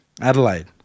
Adelaide